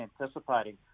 anticipating